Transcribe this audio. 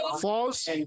false